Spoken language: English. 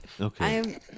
Okay